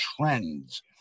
trends